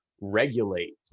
regulate